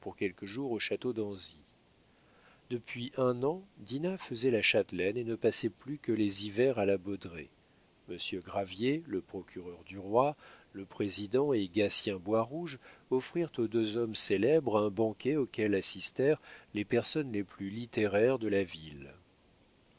quelques jours au château d'anzy depuis un an dinah faisait la châtelaine et ne passait plus que les hivers à la baudraye monsieur gravier le procureur du roi le président et gatien boirouge offrirent aux deux hommes célèbres un banquet auquel assistèrent les personnes les plus littéraires de la ville